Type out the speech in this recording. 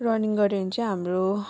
running गर्यो भने चाहिँ हाम्रो